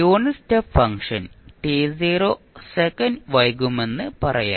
unit step second വൈകുമെന്ന് പറയാം